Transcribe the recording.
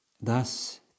thus